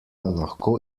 lahko